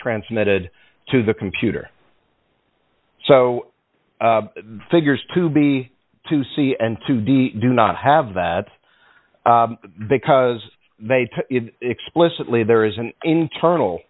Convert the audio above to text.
transmitted to the computer so the figures to be to see and to do do not have that because they explicitly there is an internal